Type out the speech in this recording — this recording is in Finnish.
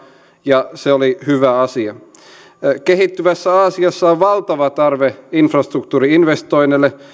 ja se oli hyvä asia kehittyvässä aasiassa on valtava tarve infrastruktuuri investoinneille